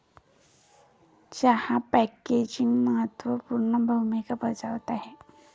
चहा पॅकेजिंग महत्त्व पूर्ण भूमिका बजावत आहे